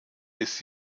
ist